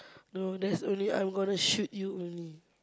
no there's only I'm gonna shoot you only